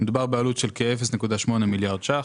מדובר בעלות של כ-0.8 מיליארד ש"ח.